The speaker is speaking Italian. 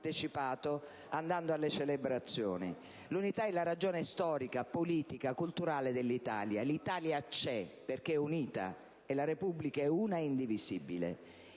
L'unità è la ragione storica, politica e culturale dell'Italia. L'Italia c'è perché è unita, e la Repubblica è una e indivisibile;